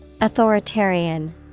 Authoritarian